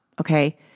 okay